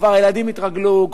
הילדים כבר התרגלו,